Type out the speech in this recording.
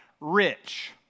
Rich